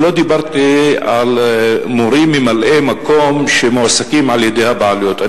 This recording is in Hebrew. אני לא דיברתי על מורים ממלאי-מקום שמועסקים על-ידי הבעלויות.